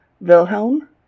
Wilhelm